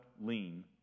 lean